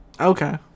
Okay